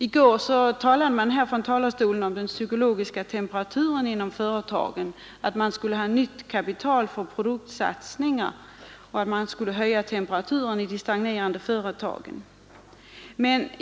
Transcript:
I går tälade man från talarstolen om den psykologiska temperaturen inom företagen, om att man skulle ha nytt kapital för produktsatsningar och att man skulle höja temperaturen i de stagnerande företagen.